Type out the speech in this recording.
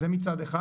זה מצד אחד.